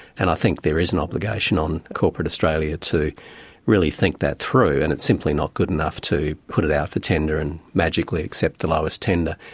and i think there is an obligation on corporate australia to really think that through, and it's simply not good enough to put it out for tender and magically accept the lowest tender,